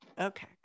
Okay